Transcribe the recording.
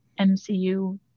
MCU